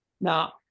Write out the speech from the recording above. Now